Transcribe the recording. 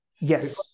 yes